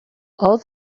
all